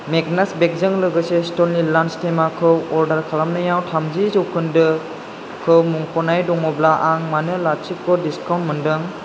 Magnus बेगजों लोगोसे स्टिलनि लान्स थेमाखौ अर्डार खालामनायाव थामजि जौखोन्दोखौ मुंख'नाय दङब्ला आं मानो लाथिख' डिसकाउन्ट मोनदों